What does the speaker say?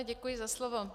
Děkuji za slovo.